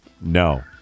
No